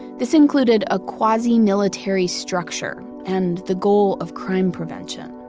this included a quasi-military structure and the goal of crime prevention.